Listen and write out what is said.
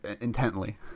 intently